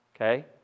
okay